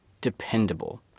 Dependable